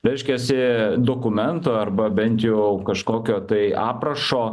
reiškiasi dokumento arba bent jau kažkokio tai aprašo